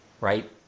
right